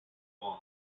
baum